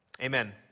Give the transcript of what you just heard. amen